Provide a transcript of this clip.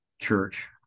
church